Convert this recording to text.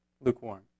lukewarm